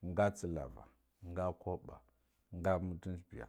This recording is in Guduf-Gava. Nga tsan lava nga kabba nga matunci biya